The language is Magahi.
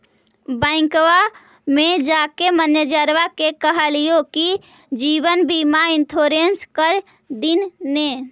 बैंकवा मे जाके मैनेजरवा के कहलिऐ कि जिवनबिमा इंश्योरेंस कर दिन ने?